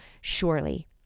surely